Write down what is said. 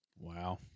Wow